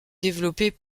développées